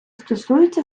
стосується